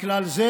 מכלל זה,